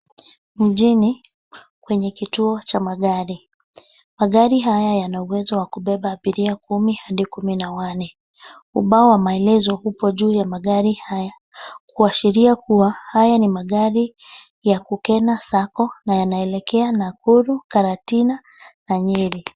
Mjini, kwenye kituo cha magari. Magari haya yana uwezo wa kubeba abiria kumi hadi kumi na wanne. Ubao wa maelezo upo juu ya magari haya kuashiria kuwa haya ni magari ya Kukena Sacco na yanaelekea Nakuru, Karatina na Nyeri.